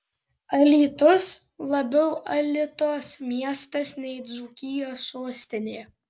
alytus labiau alitos miestas nei dzūkijos sostinė